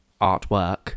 artwork